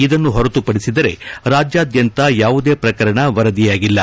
ಇದನ್ನು ಹೊರತುಪಡಿಸಿದರೆ ರಾಜ್ಯದಾದ್ಗಂತ ಯಾವುದೇ ಪ್ರಕರಣ ವರದಿಯಾಗಿಲ್ಲ